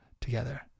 together